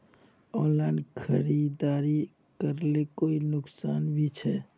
Online खरीदारी करले कोई नुकसान भी छे?